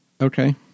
Okay